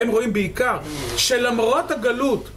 הם רואים בעיקר שלמרות הגלות